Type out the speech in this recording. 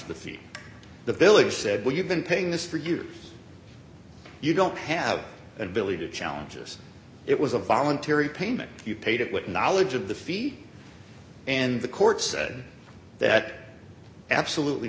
thieves the villagers said well you've been paying this for years you don't have an ability to challenges it was a voluntary payment you paid it with knowledge of the fee and the court said that absolutely